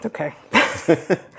Okay